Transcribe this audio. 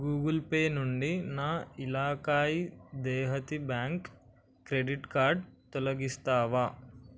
Google Pay నుండి నా ఇలాకాయి దేహతి బ్యాంక్ క్రెడిట్ కార్డ్ తొలగిస్తావా